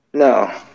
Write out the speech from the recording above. No